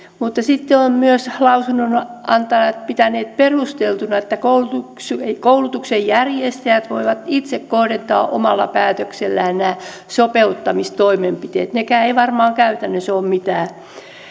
mutta sitten ovat myös lausunnonantajat pitäneet perusteltuna että koulutuksen järjestäjät voivat itse kohdentaa omalla päätöksellään nämä sopeuttamistoimenpiteet nekään eivät varmaan käytännössä ole mitään